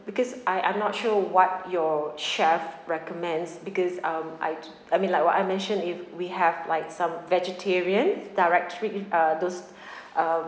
because I I'm not sure what your chef recommends because um I I mean like what I mentioned if we have like some vegetarian dietary uh those uh